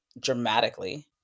dramatically